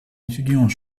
étudiants